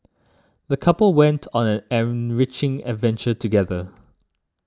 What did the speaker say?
the couple went on an enriching adventure together